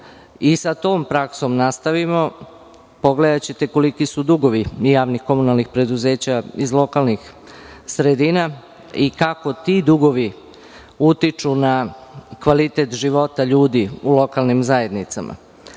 i sa tom praksom nastavimo, pogledaćete koliki su dugovi javnih komunalnih preduzeća iz lokalnih sredina i kako ti dugovi utiču na kvalitet života ljudi u lokalnim zajednicama. Dakle,